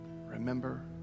remember